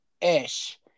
Ish